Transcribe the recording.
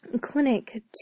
clinic